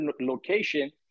location